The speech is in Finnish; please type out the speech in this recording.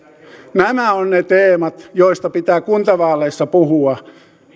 nämä ovat ne teemat joista pitää kuntavaaleissa puhua